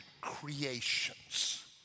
creations